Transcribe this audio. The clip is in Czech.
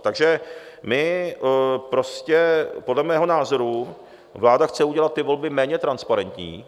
Takže my prostě, podle mého názoru, vláda chce udělat ty volby méně transparentní.